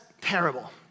terrible